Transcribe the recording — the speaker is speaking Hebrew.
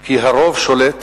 כי הרוב שולט